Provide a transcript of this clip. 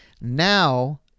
now